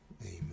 Amen